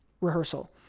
rehearsal